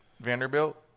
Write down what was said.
Vanderbilt